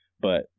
but-